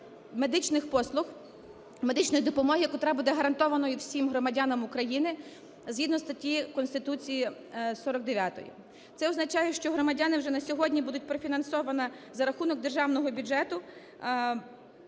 медичних послуг, медичної допомоги, котра буде гарантованою всім громадянам України згідно статті Конституції 49. Це означає, що громадяни вже на сьогодні… буде профінансовано за рахунок державного бюджету